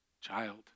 child